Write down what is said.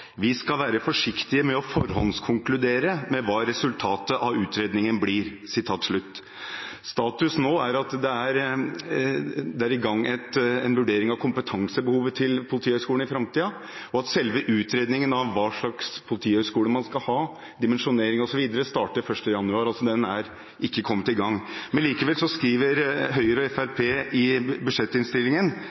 skal være forsiktige med å forhåndskonkludere med hva resultatet av utredningen blir». Status nå er at det er i gang en vurdering av kompetansebehovet til Politihøgskolen i framtiden, og at selve utredningen av hva slags politihøgskole man skal ha, dimensjonering osv., starter 1. januar. Den er altså ikke kommet i gang. Likevel skriver Høyre og Fremskrittspartiet i budsjettinnstillingen